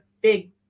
big